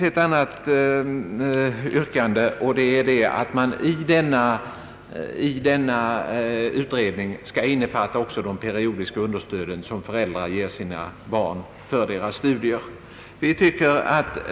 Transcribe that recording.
Ett annat yrkande som vi framför i vår reservation är att utredningen också skall innefatta de periodiska understöd som föräldrar ger sina barn för deras studier.